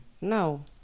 No